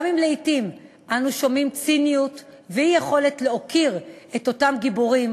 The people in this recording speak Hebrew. גם אם לעתים אנו שומעים ציניות ואי-יכולת להוקיר את אותם גיבורים,